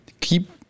keep